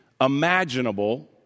imaginable